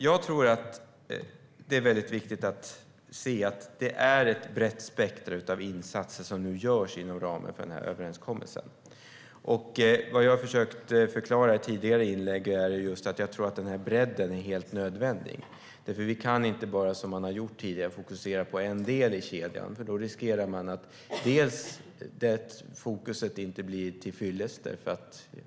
Jag tror att det är viktigt att se att det är ett brett spektrum av insatser som nu görs inom ramen för överenskommelsen. Vad jag försökte förklara i ett tidigare inlägg är att jag tror att bredden är helt nödvändig. Vi kan inte bara, som man har gjort tidigare, fokusera på en del i kedjan. Då riskerar man att fokus inte blir till fyllest.